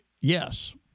yes